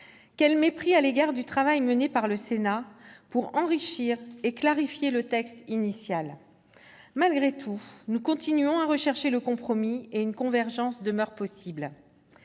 Quel mépris à l'égard du travail accompli par le Sénat pour enrichir et clarifier le texte initial ! Malgré tout, nous continuons à rechercher le compromis, et une convergence demeure possible.